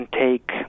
take